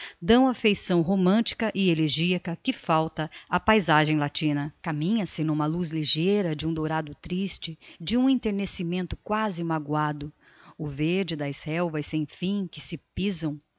dão a feição romantica e elegiaca que falta á paysagem latina caminha se n'uma luz ligeira de um dourado triste de um enternecimento quasi magoado o verde das relvas sem fim que se pisam